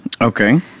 Okay